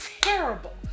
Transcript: terrible